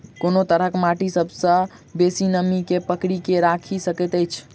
कोन तरहक माटि सबसँ बेसी नमी केँ पकड़ि केँ राखि सकैत अछि?